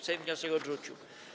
Sejm wniosek odrzucił.